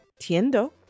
Tiendo